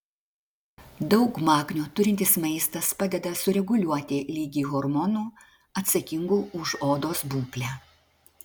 daug magnio turintis maistas padeda sureguliuoti lygį hormonų atsakingų už odos būklę